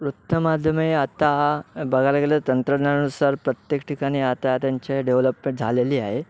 वृत्तमाध्यमे आता बघायला गेलं तंत्रज्ञानुसार प्रत्येक ठिकाणी आता त्यांच्या डेव्हलपमेंट झालेली आहे